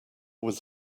was